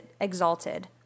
exalted